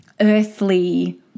earthly